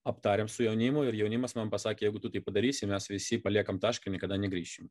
aptarėm su jaunimu ir jaunimas man pasakė jeigu tu tai padarysi mes visi paliekam tašką ir niekada negrįšim